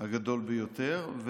הגדולים ביותר.